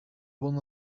one